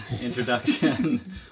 introduction